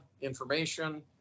information